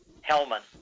Hellman